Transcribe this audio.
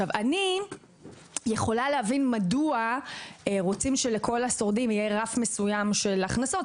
אני יכולה להבין מדוע רוצים שלכל השורדים יהיה רף מסוים של הכנסות,